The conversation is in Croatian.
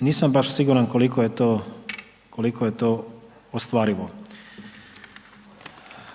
nisam baš siguran koliko je to ostvarivo.